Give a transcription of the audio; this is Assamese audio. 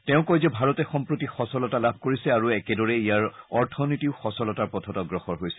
তেওঁ কয় যে ভাৰতে সম্প্ৰতি সচলতা লাভ কৰিছে আৰু একেদৰে ইয়াৰ অৰ্থনীতিও সচলতাৰ পথত অগ্ৰসৰ হৈছে